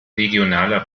regionaler